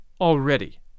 already